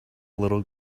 little